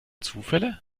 zufälle